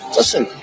Listen